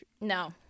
No